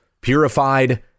purified